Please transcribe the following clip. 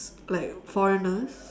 like foreigners